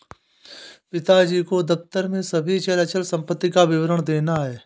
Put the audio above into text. पिताजी को दफ्तर में सभी चल अचल संपत्ति का विवरण देना है